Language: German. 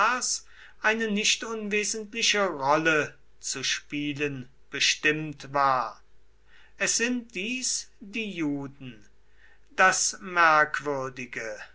eine nicht unwesentliche rolle zu spielen bestimmt war es sind dies die juden das